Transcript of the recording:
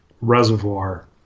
reservoir